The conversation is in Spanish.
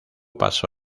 pasó